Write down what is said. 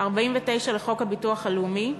49 לחוק הביטוח הלאומי,